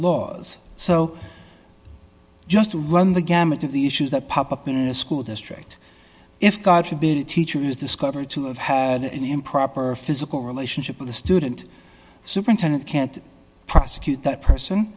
laws so just to run the gamut of the issues that pop up in a school district if god forbid a teacher is discovered to have had an improper physical relationship with the student superintendent can't prosecute that person